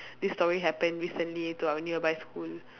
this story happen recently to our nearby school